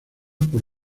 por